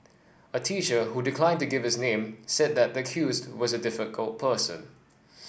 a teacher who declined to give his name said that the accused was a difficult person